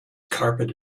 carpet